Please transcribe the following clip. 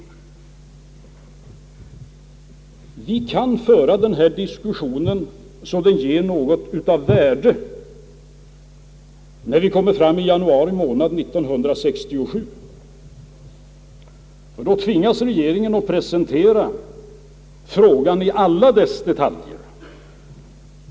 Vi kan föra den diskussionen så att den ger något av värde när vi kommer fram i januari månad 1967. Ty då tvingas regeringen att presentera frågan i alla dess detaljer.